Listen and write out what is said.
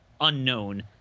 unknown